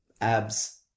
abs